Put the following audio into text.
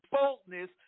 boldness